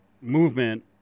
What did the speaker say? movement